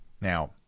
Now